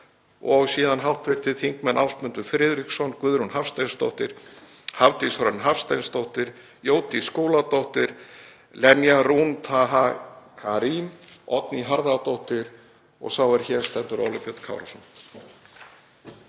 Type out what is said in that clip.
og síðan hv. þingmenn Ásmundur Friðriksson, Guðrún Hafsteinsdóttir, Hafdísar Hrönn Hafsteinsdóttir, Jódís Skúladóttir, Lenya Rún Taha Karim, Oddný Harðardóttir og sá er hér stendur, Óli Björn Kárason.